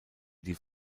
die